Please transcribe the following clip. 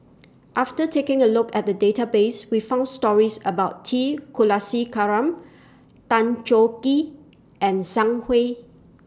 after taking A Look At The Database We found stories about T Kulasekaram Tan Choh Gee and Sang Hui